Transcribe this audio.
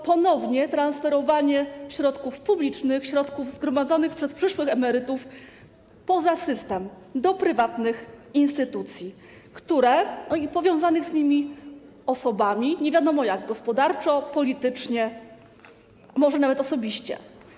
Ponownie jest to transferowanie środków publicznych, środków zgromadzonych przez przyszłych emerytów poza system, do prywatnych instytucji i powiązanych z nimi osób - nie wiadomo jak: gospodarczo, politycznie, może nawet osobiście.